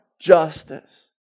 justice